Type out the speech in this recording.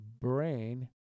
brain